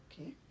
Okay